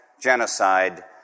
genocide